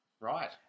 Right